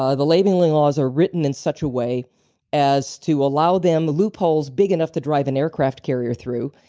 ah the labeling laws are written in such a way as to allow them loop holes big enough to drive an aircraft carrier through,